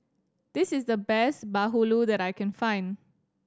this is the best bahulu that I can find